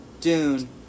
Dune